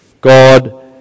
God